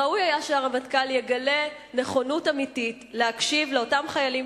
ראוי היה שהרמטכ"ל יגלה נכונות אמיתית להקשיב לאותם חיילים,